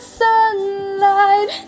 sunlight